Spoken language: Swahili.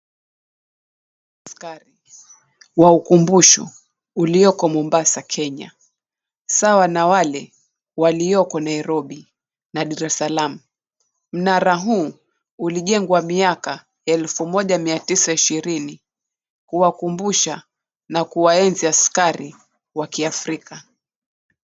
Mnara waaskari ukumbusho ulioko Mombasa Kenya sawa na wale walioko Nairobi na Dar salaam. Mnara huu ulijengwa mika 1920 kuwakumbusha na kuwaenzi askari wa kiafrika.